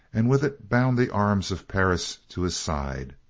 and with it bound the arms of perris to his side.